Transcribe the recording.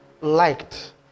liked